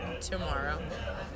tomorrow